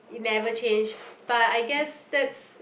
it never change but I guess that's